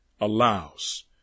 allows